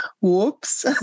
whoops